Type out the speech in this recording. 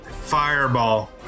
fireball